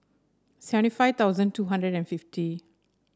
seventy five thousand two hundred and fifty